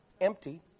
empty